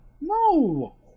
No